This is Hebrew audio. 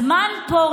הזמן פה,